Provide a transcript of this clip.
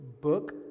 book